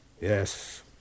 Yes